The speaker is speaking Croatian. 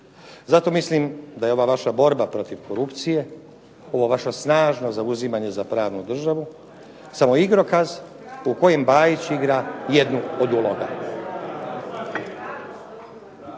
zato mislim da je ova vaša borba protiv korupcije, ovo vaše snažno zauzimanje za pravnu državu samo igrokaz u kojem Bajić igra jednu od uloga.